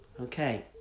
Okay